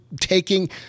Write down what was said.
taking